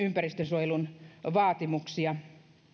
ympäristönsuojelun vaatimuksia